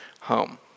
home